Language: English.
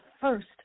first